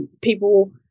People